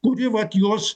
kuri vat jos